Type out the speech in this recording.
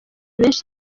benshi